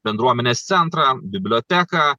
bendruomenės centrą biblioteką